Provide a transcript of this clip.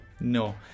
No